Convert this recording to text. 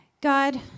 God